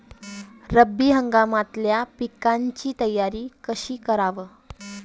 रब्बी हंगामातल्या पिकाइची तयारी कशी कराव?